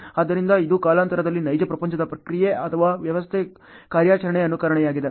ಆದ್ದರಿಂದ ಇದು ಕಾಲಾನಂತರದಲ್ಲಿ ನೈಜ ಪ್ರಪಂಚದ ಪ್ರಕ್ರಿಯೆ ಅಥವಾ ವ್ಯವಸ್ಥೆಯ ಕಾರ್ಯಾಚರಣೆಯ ಅನುಕರಣೆಯಾಗಿದೆ